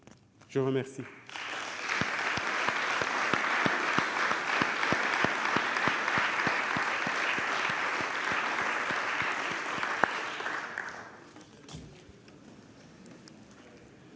je vous remercie